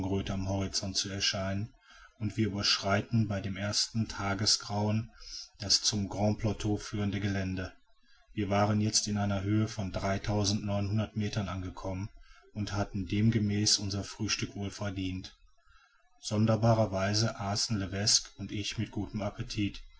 am horizont zu erscheinen und wir überschreiten bei dem ersten tagesgrauen das zum grand plateau führende gelände wir waren jetzt in einer höhe von meter angekommen und hatten demgemäß unser frühstück wohl verdient sonderbarer weise aßen levesque und ich mit gutem appetit